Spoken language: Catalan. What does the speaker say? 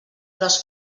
gros